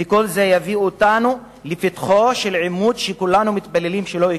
וכל זה יביא אותנו לפתחו של עימות שכולנו מתפללים שלא יקרה.